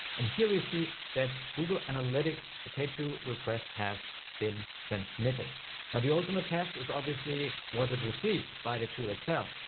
and here we see that google analytics, the pageview request has been transmitted. now the ultimate test is obviously was it received by the tool itself.